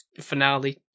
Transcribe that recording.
finale